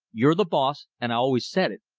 you're the boss and i always said it.